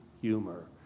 humor